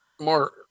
more